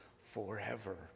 forever